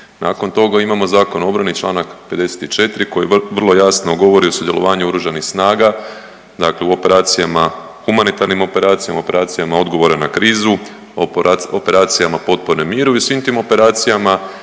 Nakon toga imamo Zakon o obrani članak 54. koji vrlo jasno govori o sudjelovanju Oružanih snaga, dakle u operacijama humanitarnim operacijama, operacijama odgovora na krizu, operacijama potpore miru i svim tim operacijama